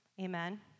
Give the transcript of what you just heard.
amen